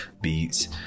beats